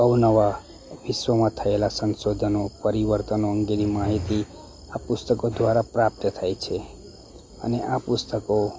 અવનવા વિશ્વમાં થએલા સંશોધનો પરિવર્તનો અંગેની માહિતી આ પુસ્તકો દ્વારા પ્રાપ્ત થાય છે અને આ પુસ્તકો